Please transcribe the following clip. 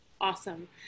Awesome